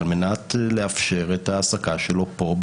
על מנת לאפשר את העסקה שלו פה,